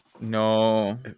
No